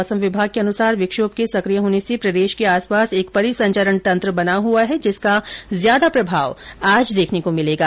मौसम विभाग के अनुसार विक्षोम के सक्रिय होने से प्रदेश के आस पास एक परिसंचरण तंत्र बना हुआ है जिसका ज्यादा प्रभाव आज देखने को मिलेगा